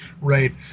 right